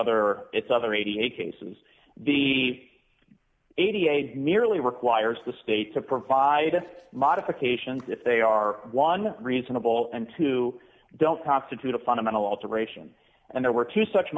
other its other eighty eight cases the a d h merely requires the state to provide the modifications if they are one reasonable and two don't constitute a fundamental alteration and there were two such